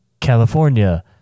California